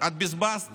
בזבזת